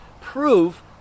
prove